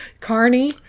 Carney